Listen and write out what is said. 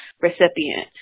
recipient